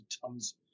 tons